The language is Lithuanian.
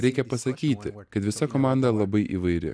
reikia pasakyti kad visa komanda labai įvairi